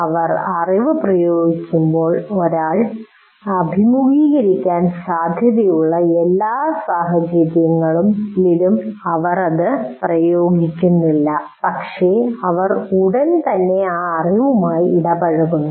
അവർ അറിവ് പ്രയോഗിക്കുമ്പോൾ ഒരാൾ അഭിമുഖീകരിക്കാൻ സാധ്യതയുള്ള എല്ലാ സാഹചര്യങ്ങളിലും അവർ അത് പ്രയോഗിക്കുന്നില്ല പക്ഷേ അവർ ഉടൻ തന്നെ ആ അറിവുമായി ഇടപഴകുന്നു